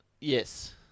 Yes